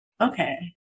okay